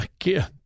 again